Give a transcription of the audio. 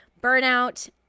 burnout